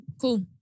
Cool